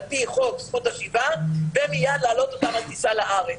פי חוק זכות השיבה ומייד לעלות אותם על טיסה לארץ.